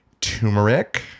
Turmeric